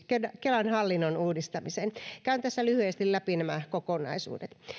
kelan hallinnon uudistamiseen käyn tässä lyhyesti läpi nämä kokonaisuudet